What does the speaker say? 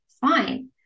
fine